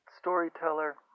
storyteller